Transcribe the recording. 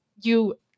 you-